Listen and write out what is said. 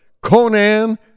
Conan